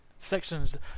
sections